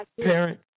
parent